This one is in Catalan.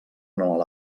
anual